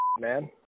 man